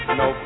no